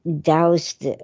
doused